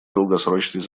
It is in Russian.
долгосрочной